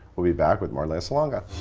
we'll be back with more lea salonga.